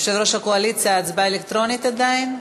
יושב-ראש הקואליציה, הצבעה אלקטרונית עדיין?